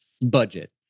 budget